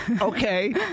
Okay